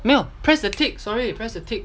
没有 press the tick sorry press the tick